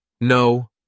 No